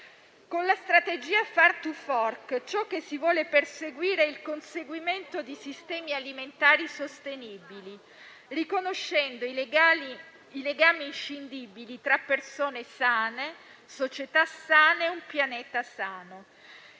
Con la strategia Farm to fork si vuole perseguire il conseguimento di sistemi alimentari sostenibili, riconoscendo legami inscindibili tra persone sane, società sane e un pianeta sano.